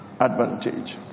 advantage